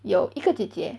有一个姐姐